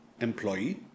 employee